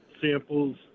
samples